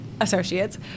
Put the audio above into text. associates